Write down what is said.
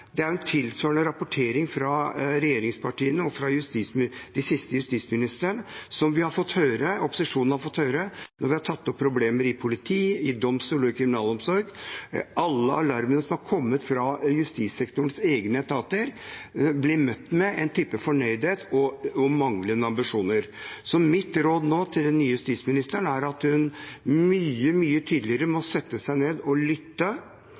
fra den siste justisministeren vi i opposisjonen har fått høre når vi har tatt opp problemer i politi, i domstoler og i kriminalomsorg. Alle alarmene som har kommet fra justissektorens egne etater, blir møtt med en type fornøydhet og manglende ambisjoner. Mitt råd nå til den nye justisministeren er at hun mye, mye tydeligere setter seg ned og